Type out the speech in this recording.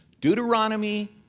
Deuteronomy